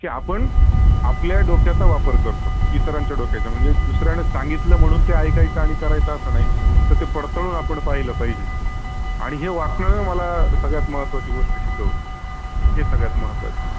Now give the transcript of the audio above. की आपण आपल्या डोक्याचा वापर करतो इतरांच्या डोक्याचा म्हणजे दुसऱ्याणं सांगितलं म्हणून ते ऐकायचं आणि करायचं असं नाई तर ते पडताळून आपण पाहिलं पाहिजे आणि हे वाचनानं मला सगळ्यात महत्त्वाची गोष्ट शिकवली हे सगळ्यात महत्त्वाचं आहे